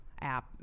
app